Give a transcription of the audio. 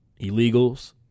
illegals